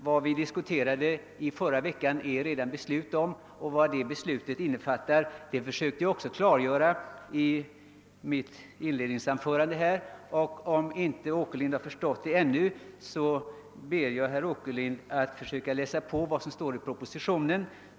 Vad vi diskuterade förra veckan har vi redan fattat beslut om, och innebörden av detta försökte jag också klargöra i mitt inledningsanförande i dag. Om herr Åkerlind ännu inte är på det klara med detta, ber jag honom läsa propositionen.